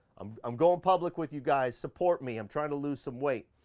um i'm going public with you guys, support me i'm trying to lose some weight.